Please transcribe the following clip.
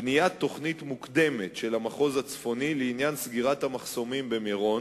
בניית תוכנית מוקדמת של המחוז הצפוני לעניין סגירת המחסומים במירון,